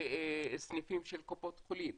בסניפים של קופות חולים.